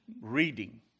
reading